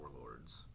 warlords